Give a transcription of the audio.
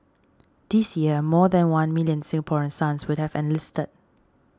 this year more than one million Singaporean sons would have enlisted